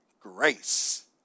grace